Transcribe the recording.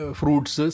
fruits